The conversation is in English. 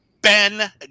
ben